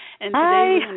Hi